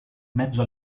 mezzo